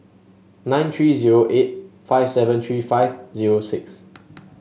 nine three zero eight five seven three five zero six